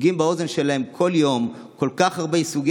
סופגים באוזן שלהם כל יום כל כך הרבה סוגי